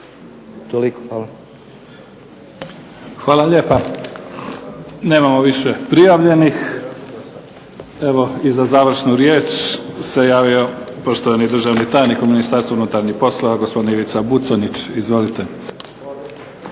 Neven (SDP)** Hvala lijepa. Nemamo više prijavljenih. Evo i za završnu riječ se javio poštovani državni tajnik u Ministarstvu unutarnjih poslova, gospodin Ivica Buconjić. Izvolite.